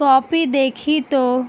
copy دیکھی تو